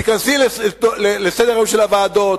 תיכנסי לסדר-היום של הוועדות,